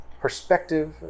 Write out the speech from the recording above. perspective